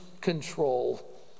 control